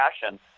fashion